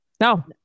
No